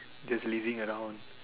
just lazing around